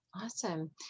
Awesome